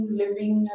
living